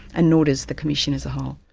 and nor does the commission as a whole.